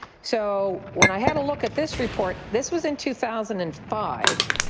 so when i have a look at this report, this was in two thousand and five.